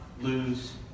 lose